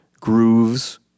grooves